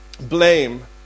blame